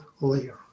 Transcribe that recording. layer